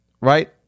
Right